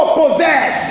possess